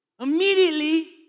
Immediately